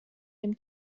dem